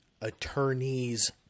attorneys